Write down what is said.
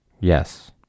Yes